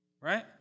Right